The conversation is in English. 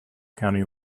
county